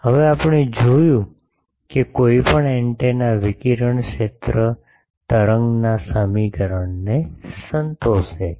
હવે આપણે જોયું છે કે કોઈપણ એન્ટેના વિકિરણ ક્ષેત્ર તરંગના સમીકરણને સંતોષે છે